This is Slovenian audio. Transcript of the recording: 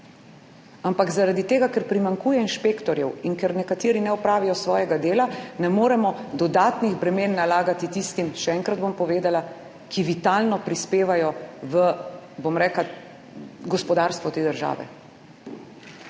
Ampak zaradi tega, ker primanjkuje inšpektorjev in ker nekateri ne opravijo svojega dela, ne moremo dodatnih bremen nalagati tistim, še enkrat bom povedala, ki vitalno prispevajo v gospodarstvo te države,